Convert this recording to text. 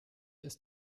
ist